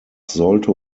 sollte